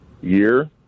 year